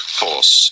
force